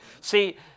See